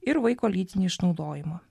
ir vaiko lytinį išnaudojimą